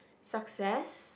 success